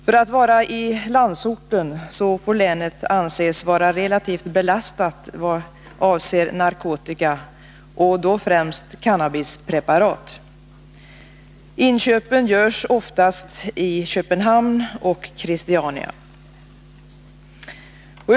För att vara i landsorten får länet anses vara relativt belastat vad avser narkotika, och då främst cannabispreparat. Inköpen görs oftast i Köpenhamn och Christiania.